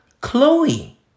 Chloe